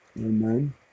Amen